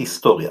היסטוריה